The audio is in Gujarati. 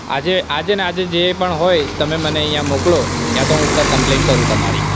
આજે ને આજે જે પણ હોય તમે મને અહીંયાં મોકલો યા તો હું ઉપર કમ્પ્લેઇન કરું તમારી